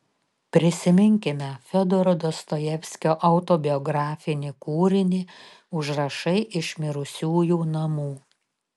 prisiminkime fiodoro dostojevskio autobiografinį kūrinį užrašai iš mirusiųjų namų